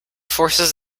forces